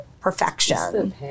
perfection